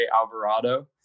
Alvarado